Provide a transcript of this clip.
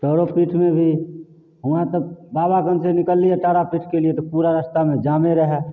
तारोपीठमे भी हुआँ तऽ बाबाधामसे निकलली आओर तारापीठकेलिए तऽ पूरा रस्तामे जामे रहै